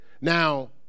Now